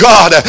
God